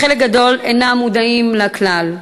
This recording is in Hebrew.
וחלק גדול אינם מודעים לה כלל.